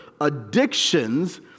addictions